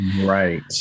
right